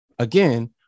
Again